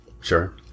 Sure